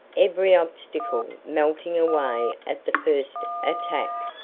every obstacle melting away at the first attack.